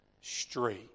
straight